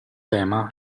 tema